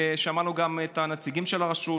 ושמענו גם את הנציגים של הרשות,